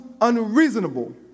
unreasonable